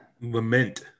Lament